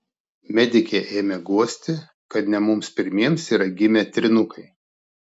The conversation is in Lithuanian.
medikė ėmė guosti kad ne mums pirmiems yra gimę trynukai